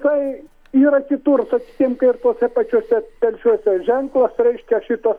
tai yra kitur kad ir tuose pačiuose telšiuose ženklas reiškia šito